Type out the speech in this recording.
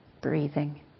breathing